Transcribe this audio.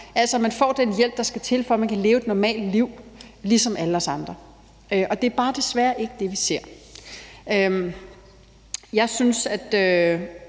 altså at de får den hjælp, der skal til for, at de kan leve et normalt liv ligesom alle os andre. Det er desværre bare ikke det, vi ser. Jeg er